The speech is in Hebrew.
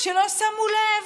כשלא שמו לב,